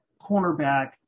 cornerback